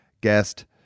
guest